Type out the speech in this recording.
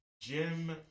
Jim